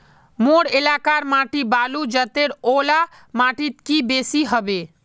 मोर एलाकार माटी बालू जतेर ओ ला माटित की बेसी हबे?